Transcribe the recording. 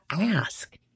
ask